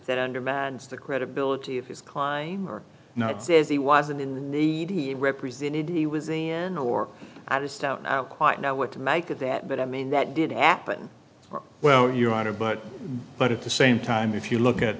that undermines the credibility of his kline or not says he wasn't in the needy represented he was ian or i just out quite know what to make of that but i mean that did happen well your honor but but at the same time if you look at